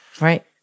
Right